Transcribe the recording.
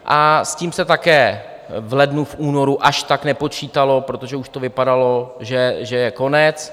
A s tím se také v lednu, v únoru až tak nepočítalo, protože už to vypadalo, že je konec.